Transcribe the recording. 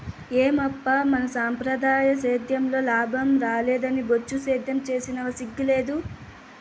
ఏమప్పా మన సంప్రదాయ సేద్యంలో లాభం రాలేదని బొచ్చు సేద్యం సేస్తివా సిగ్గు లేదూ